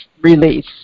release